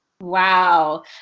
Wow